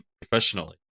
professionally